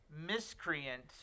miscreant